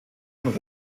und